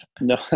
No